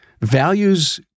values